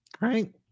Right